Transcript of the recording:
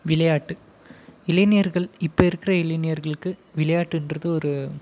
விளையாட்டு இளைஞர்கள் இப்போ இருக்கிற இளைஞர்களுக்கு விளையாட்டுன்றது ஒரு